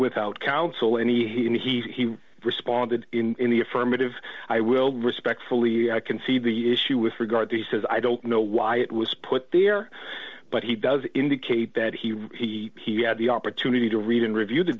without counsel and he he he responded in the affirmative i will respectfully i can see the issue with regard to he says i don't know why it was put there but he does indicate that he he he had the opportunity to read and review the